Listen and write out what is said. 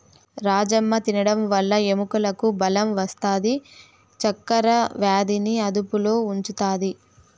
రాజ్మ తినడం వల్ల ఎముకలకు బలం వస్తాది, చక్కర వ్యాధిని అదుపులో ఉంచుతాది